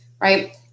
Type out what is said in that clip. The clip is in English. right